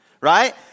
right